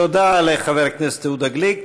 תודה לחבר הכנסת יהודה גליק.